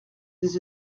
des